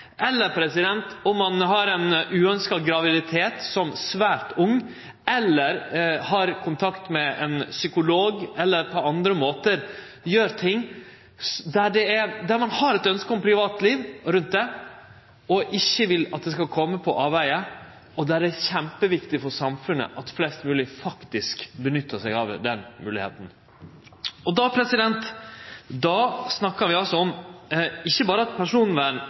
Eller om ein har ein uønskt graviditet som svært ung, eller har kontakt med psykolog eller på andre måtar gjer ting der ein har eit ønske om privatliv rundt det og ikkje vil at det skal kome på avvegar, er det kjempeviktig for samfunnet at flest mogleg nyttar seg av den moglegheita. Då snakkar vi ikkje berre om personvern